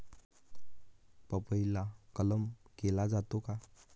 पपईला कलम केला जातो का?